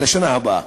לשנה הבאה.